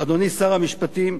אדוני שר המשפטים,